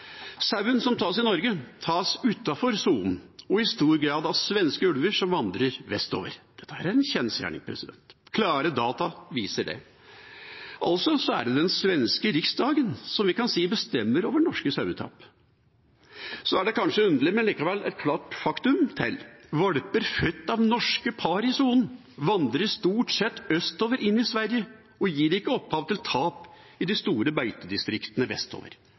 Sauen som tas i Norge, tas utenfor sonen og i stor grad av svenske ulver som vandrer vestover. Det er en kjensgjerning. Klare data viser det. Altså er det den svenske riksdagen vi kan si bestemmer over norske sauetap. Så et kanskje underlig, men likevel klart faktum til: Valper født av norske par i sonen vandrer stort sett østover inn i Sverige og gir ikke opphav til tap i de store beitedistriktene vestover.